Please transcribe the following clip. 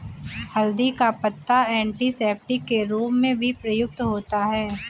हल्दी का पत्ता एंटीसेप्टिक के रूप में भी प्रयुक्त होता है